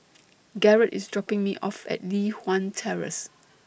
Garrett IS dropping Me off At Li Hwan Terrace